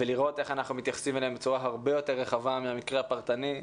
ולראות איך אנחנו מתייחסים אליהם בצורה הרבה יותר רחבה מהמקרה הפרטני,